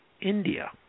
India